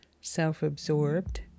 self-absorbed